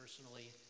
personally